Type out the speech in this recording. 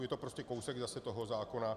Je to prostě kousek zase toho zákona.